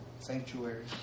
sanctuary